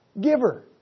giver